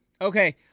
Okay